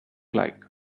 like